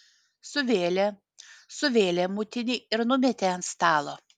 suvėlė suvėlė mutinį ir numetė ant stalo